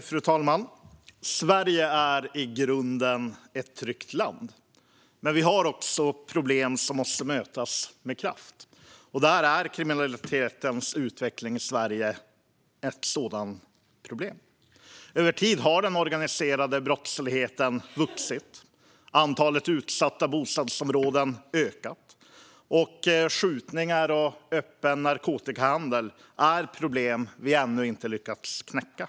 Fru talman! Sverige är i grunden ett tryggt land, men vi har också problem som måste mötas med kraft. Kriminalitetens utveckling i Sverige är ett sådant. Över tid har den organiserade brottsligheten vuxit. Antalet utsatta bostadsområden har ökat. Skjutningar och öppen narkotikahandel är problem vi ännu inte har lyckats knäcka.